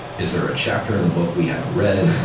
is there a chapter in the book we haven't read?